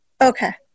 Okay